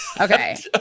Okay